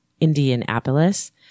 Indianapolis